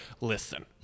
listen